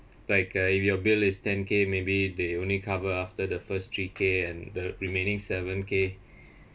like uh if your bill is ten K maybe they only cover after the first three K and the remaining seven K